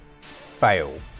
fail